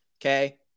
Okay